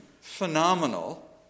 phenomenal